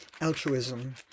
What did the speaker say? altruism